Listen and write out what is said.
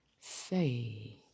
say